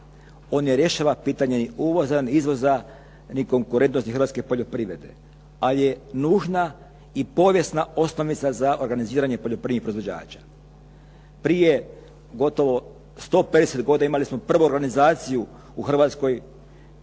On ne rješava pitanje ni uvoza ni izvoza ni konkurentnosti hrvatske poljoprivrede. Ali je nužna i povijesna osnovica za organiziranje poljoprivrednih proizvođača. Prije gotovo 150 godina imali smo prvo …/Govornik se